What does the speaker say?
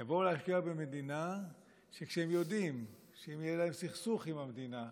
יבואו להשקיע במדינה שכשהם יודעים שאם יהיה להם סכסוך עם המדינה,